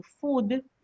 food